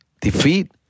defeat